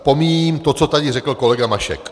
Pomíjím to, co tady řekl kolega Mašek.